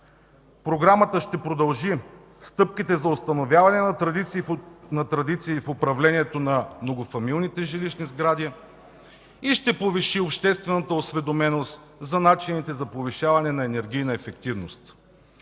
Програмата ще продължи стъпките за установяване на традиции в управлението на многофамилните жилищни сгради и ще повиши обществената осведоменост за начините за повишаване на енергийна ефективност.